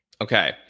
Okay